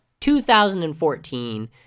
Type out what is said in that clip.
2014